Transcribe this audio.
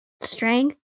strength